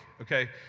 okay